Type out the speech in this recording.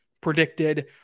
predicted